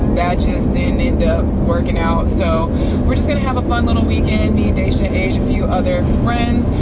that just didn't end up working out. so we're just gonna have a fun little weekend me, daisha, age, a few other friends.